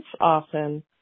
often